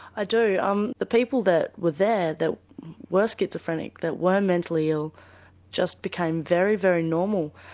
ah do. um the people that were there that were schizophrenic, that were mentally ill just became very, very normal.